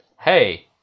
Hey